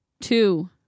two